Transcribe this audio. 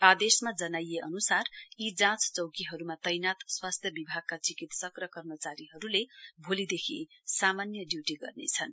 आदेशमा जनाइए अन्सार यी जाँच चौकीहरूमा तैनात स्वास्थ्य विभागका चिकित्सक र कर्मचारीहरूले भोलिदेखि सामान्य ड्यूटी गर्नेछन्